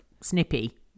snippy